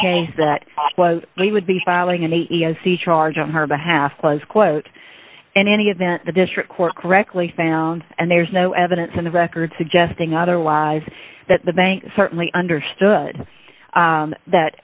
case that was he would be filing a e s e charge on her behalf close quote in any event the district court correctly found and there's no evidence in the record suggesting otherwise that the bank certainly understood that